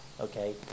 okay